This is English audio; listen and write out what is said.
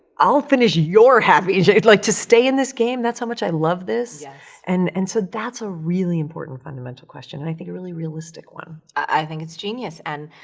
i'll finish your half eaten, like, like, to stay in this game, that's how much i love this. yes. and, and so that's a really important, fundamental question and i think a really realistic one. i think it's genius. and,